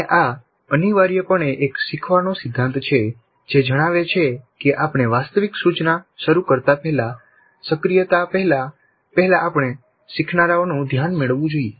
અને આ અનિવાર્યપણે એક શીખવાનો સિદ્ધાંત છે જે જણાવે છે કે આપણે વાસ્તવિક સૂચના શરૂ કરતા પહેલા સક્રિયતા પહેલા પહેલા આપણે શીખનારાઓનું ધ્યાન મેળવવું જોઈએ